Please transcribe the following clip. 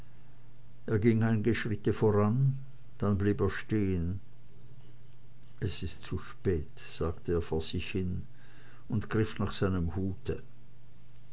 ging einige schritte voran blieb dann stehen es ist zu spät sagte er vor sich hin und griff nach seinem hute